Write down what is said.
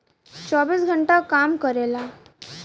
चौबीस घंटा काम करेला